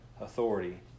authority